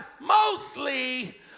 mostly